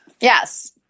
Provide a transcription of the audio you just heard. Yes